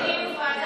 כדאי שתקימו ועדה,